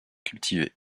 cultiver